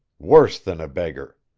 worse than a beggar.